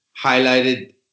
highlighted